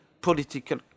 political